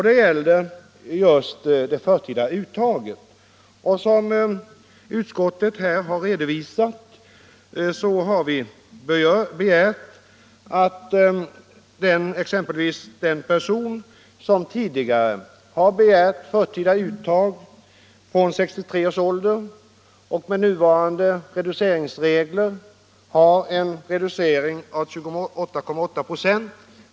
Den gäller just det förtida uttaget. Som utskottet redovisat har vi begärt omräkning av pensionen för dem som gjort förtida uttag. En person som gjort förtida uttag från 63 års ålder får med nuvarande reduceringsregler pensionen reducerad med 28,8 96.